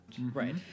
Right